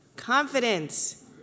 Confidence